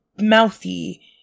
mouthy